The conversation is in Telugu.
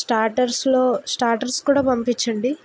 స్టాటర్స్లో స్టాటర్స్ కూడా పంపిచ్చండి